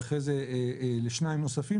ואחרי זה לשניים נוספים